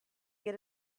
get